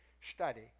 study